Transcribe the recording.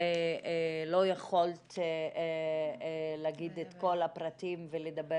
לא יכולת להגיד את כל הפרטים ולדבר